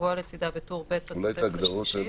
כקבוע לצדה בטור ב' בתוספת השלישית.